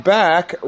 back